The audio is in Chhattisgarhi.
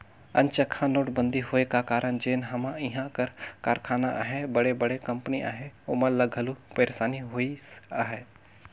अनचकहा नोटबंदी होए का कारन जेन हमा इहां कर कारखाना अहें बड़े बड़े कंपनी अहें ओमन ल घलो पइरसानी होइस अहे